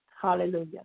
Hallelujah